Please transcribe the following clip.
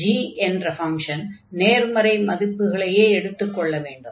g என்ற function நேர்மறை மதிப்புகளையே எடுத்துக்கொள்ள வேண்டும்